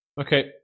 Okay